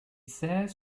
says